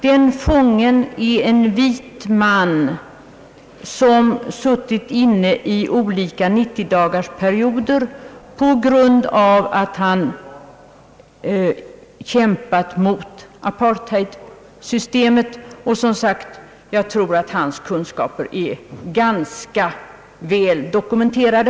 Den fången är en vit man som suttit i ensam cell olika 90-dagarsperioder på grund av att han kritiserat apartheidsystemet. Jag tror som sagt att hans kunskaper är ganska väl dokumenterade.